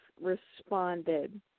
responded